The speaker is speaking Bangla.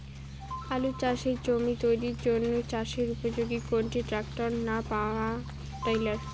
আলু চাষের জমি তৈরির জন্য চাষের উপযোগী কোনটি ট্রাক্টর না পাওয়ার টিলার?